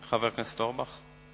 חבר הכנסת אורבך.